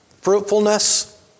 Fruitfulness